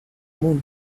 moon